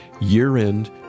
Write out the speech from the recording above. year-end